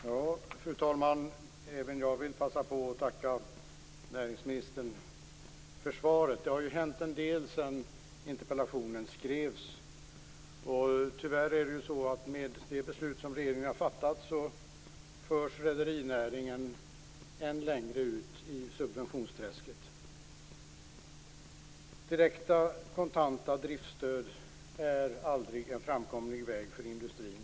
Fru talman! Även jag vill passa på och tacka näringsministern för svaret. Det har ju hänt en del sedan interpellationen skrevs. Med det beslut som regeringen har fattat förs tyvärr rederinäringen än längre ut i subventionsträsket. Direkta kontanta driftsstöd är aldrig en framkomlig väg för industrin.